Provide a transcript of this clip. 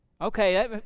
Okay